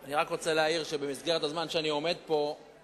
אני רק רוצה להעיר שבמסגרת הזמן שאני עומד פה,